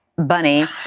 Bunny